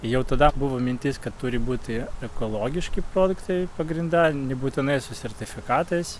jau tada buvo mintis kad turi būti ekologiški produktai pagrinde nebūtinai su sertifikatais